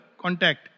contact